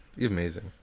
Amazing